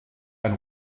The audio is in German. ein